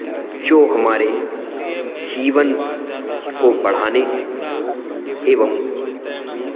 जो हमारे जीवन को बढ़ाने एवं